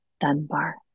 Dunbar